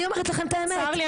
אני אומרת לכם את האמת --- צר לי,